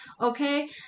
okay